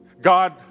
God